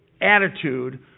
attitude